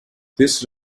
this